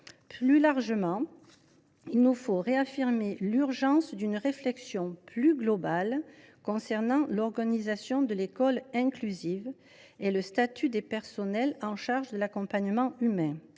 Plus largement, il nous faut réaffirmer l’urgence d’une réflexion plus globale sur l’organisation de l’école inclusive et sur le statut des personnels chargés de l’accompagnement humain.